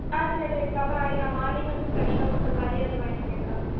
ஆ சரி அப்போ நாளைக்கு நான் மார்னிங் வந்து ஃப்ரெஷ்ஷாக வரட்டும்கா அதையே வந்து வாங்கிக்கிறேன்கா